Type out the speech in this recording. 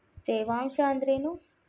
ತೇವಾಂಶ ಅಂದ್ರೇನು?